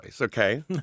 okay